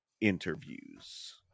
interviews